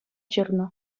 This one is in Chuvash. ҫырнӑ